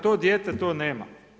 To dijete to nema.